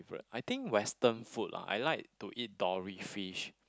I think western food lah I like to eat dolly fish